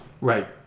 right